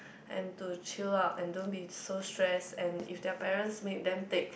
and to chill lah and don't be so stress and if their parents make them take